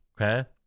okay